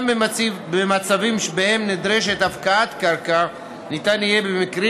גם במצבים שבהם נדרשת הפקעת קרקע ניתן יהיה במקרים